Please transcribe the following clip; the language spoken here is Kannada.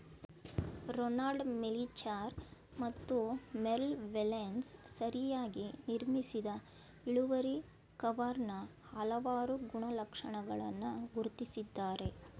ರೊನಾಲ್ಡ್ ಮೆಲಿಚಾರ್ ಮತ್ತು ಮೆರ್ಲೆ ವೆಲ್ಶನ್ಸ್ ಸರಿಯಾಗಿ ನಿರ್ಮಿಸಿದ ಇಳುವರಿ ಕರ್ವಾನ ಹಲವಾರು ಗುಣಲಕ್ಷಣಗಳನ್ನ ಗುರ್ತಿಸಿದ್ದಾರೆ